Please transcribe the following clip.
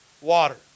water